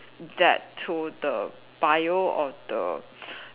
that to the Bio or the